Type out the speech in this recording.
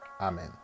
Amen